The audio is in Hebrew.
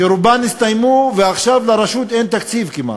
שרובן הסתיימו, ועכשיו לרשות אין תקציב כמעט.